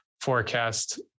forecast